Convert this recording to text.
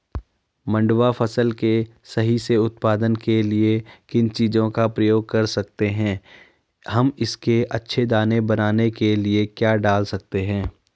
मंडुवा फसल के सही से उत्पादन के लिए किन चीज़ों का प्रयोग कर सकते हैं हम इसके अच्छे दाने बनाने के लिए क्या डाल सकते हैं?